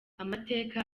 amateka